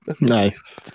Nice